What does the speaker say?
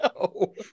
No